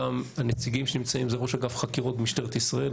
הנציגים שנמצאים שם הם: ראש אגף חקירות במשטרת ישראל,